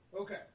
Okay